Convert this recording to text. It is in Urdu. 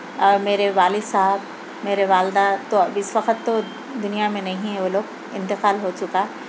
اور میرے والد صاحب میرے والدہ تو اب اِس وقت تو دُنیا میں نہیں ہیں وہ لوگ اِنتقال ہو چُکا